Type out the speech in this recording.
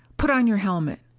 put on your helmet!